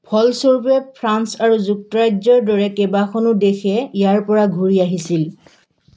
ফলস্বৰূপে ফ্ৰান্স আৰু যুক্তৰাজ্যৰ দৰে কেইবাখনো দেশে ইয়াৰ পৰা ঘূৰি আহিছিল